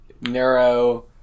Neuro